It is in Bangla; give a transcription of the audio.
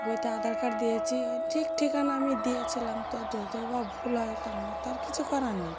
বইতে আধার কার্ড দিয়েছি ঠিক ঠিকানা আমি দিয়েছিলাম তো যদিও বা ভুল হয় তা আমার তো আর কিছু করার নেই